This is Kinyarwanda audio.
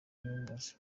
bikwiye